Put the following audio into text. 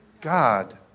God